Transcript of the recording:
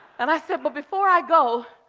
and i said, but before i go,